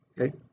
Okay